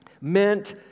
meant